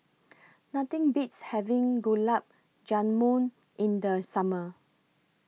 Nothing Beats having Gulab Jamun in The Summer